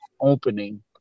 opening